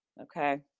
Okay